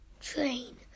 Train